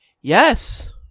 Yes